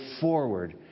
forward